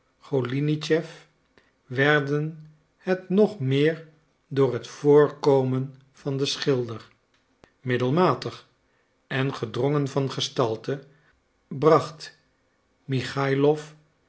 golinitschef werden het nog meer door het voorkomen van den schilder middelmatig en gedrongen van gestalte bracht michaïlof